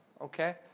okay